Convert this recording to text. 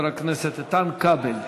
חבר הכנסת איתן כבל.